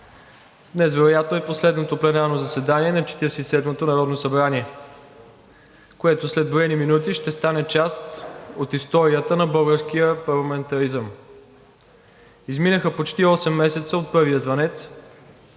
Днес вероятно е последното пленарно заседание на Четиридесет и седмото народно събрание, което след броени минути ще стане част от историята на българския парламентаризъм. Изминаха почти осем месеца от първия звънец.